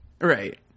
Right